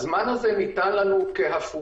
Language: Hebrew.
הזמן הזה ניתן לנו כהפוגה,